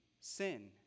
sin